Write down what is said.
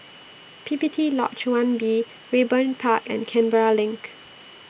P P T Lodge one B Raeburn Park and Canberra LINK